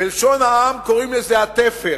בלשון העם קוראים לזה "התפר".